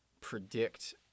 predict